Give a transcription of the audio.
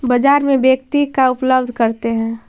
बाजार में व्यक्ति का उपलब्ध करते हैं?